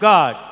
God